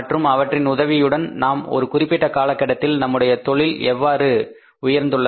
மற்றும் அவற்றின் உதவியுடன் நாம் ஒரு குறிப்பிட்ட காலகட்டத்தில் நம்முடைய தொழில் எவ்வாறு உயர்ந்துள்ளது